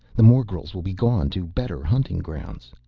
the morgels will be gone to better hunting grounds.